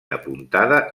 apuntada